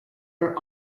are